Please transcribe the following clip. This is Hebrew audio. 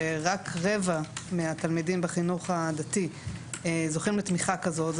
רק רבע מהתלמידים בחינוך הדתי זוכים לתמיכה כזו זה